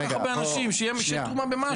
מתכנסים כל כך הרבה אנשים, שיהיה תרומה במשהו.